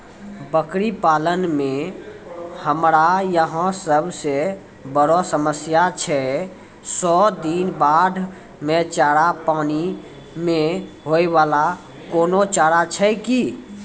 बकरी पालन मे हमरा यहाँ सब से बड़ो समस्या छै सौ दिन बाढ़ मे चारा, पानी मे होय वाला कोनो चारा छै कि?